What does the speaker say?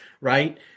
right